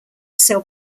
sell